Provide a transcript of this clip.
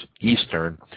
Eastern